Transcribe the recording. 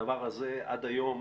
הדבר הזה עד היום